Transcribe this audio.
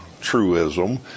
truism